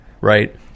right